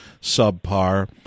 subpar